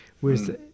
whereas